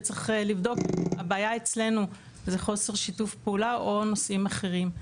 וצריך לבדוק אם אצלנו הבעיה היא חוסר שיתוף פעולה או נושאים אחרים.